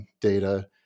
data